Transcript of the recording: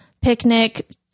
picnic